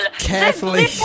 carefully